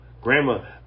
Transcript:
Grandma